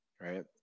right